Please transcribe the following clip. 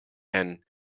and